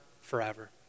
forever